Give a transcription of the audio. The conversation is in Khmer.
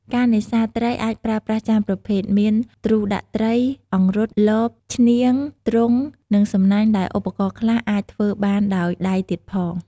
ការនេសាទត្រីអាចប្រើប្រាស់ច្រើនប្រភេទមាន ទ្រូដាក់ត្រី អង្រុត លប ឈ្នាង ទ្រុង និងសំណាញ់ដែលឧបករណ៍ខ្លះអាចធ្វើបានដោយដៃទៀតផង។